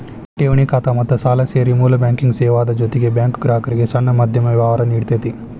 ಠೆವಣಿ ಖಾತಾ ಮತ್ತ ಸಾಲಾ ಸೇರಿ ಮೂಲ ಬ್ಯಾಂಕಿಂಗ್ ಸೇವಾದ್ ಜೊತಿಗೆ ಬ್ಯಾಂಕು ಗ್ರಾಹಕ್ರಿಗೆ ಸಣ್ಣ ಮಧ್ಯಮ ವ್ಯವ್ಹಾರಾ ನೇಡ್ತತಿ